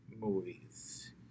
movies